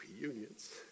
reunions